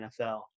NFL